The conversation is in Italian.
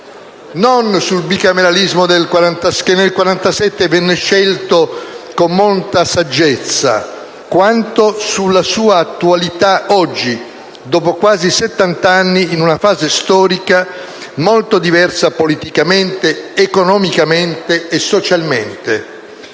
non sul bicameralismo che nel 1947 venne scelto con molta saggezza, quanto sulla sua attualità oggi, dopo quasi settant'anni, in una fase storica molto diversa politicamente, economicamente e socialmente.